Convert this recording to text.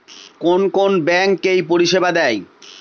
কোন কোন ব্যাঙ্ক এই পরিষেবা দেয়?